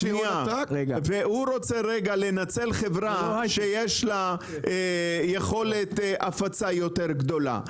והוא רוצה רגע לנצל חברה שיש לה יכולת הפצה יותר גדולה,